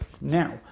now